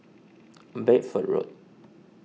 Bedford Road